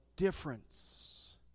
difference